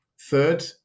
third